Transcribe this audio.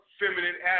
feminine